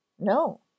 No